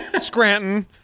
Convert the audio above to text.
Scranton